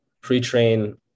pre-train